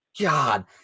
God